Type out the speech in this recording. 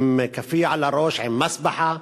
עם כאפיה על הראש, עם מסבחה.